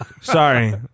Sorry